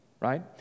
right